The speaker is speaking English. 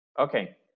okay